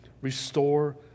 Restore